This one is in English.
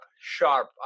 sharp